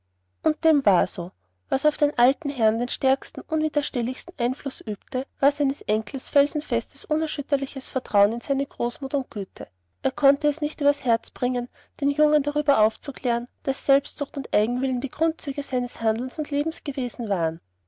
und dem war so was auf den alten herrn den stärksten unwiderstehlichsten einfluß übte war seines enkels felsenfestes unerschütterliches vertrauen in seine großmut und güte er konnte es nicht übers herz bringen den jungen darüber aufzuklären daß selbstsucht und eigenwillen die grundzüge seines handelns und lebens gewesen waren